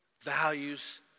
values